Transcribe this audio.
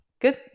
Good